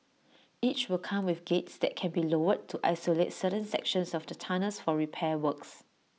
each will come with gates that can be lowered to isolate certain sections of the tunnels for repair works